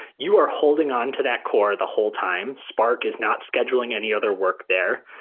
you are holding on to that core the whole time. spark is not scheduling any other work there,